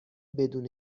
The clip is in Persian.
بدون